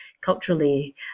Culturally